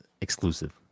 Exclusive